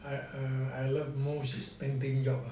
I I love most is painting job ah